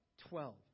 Twelve